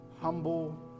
humble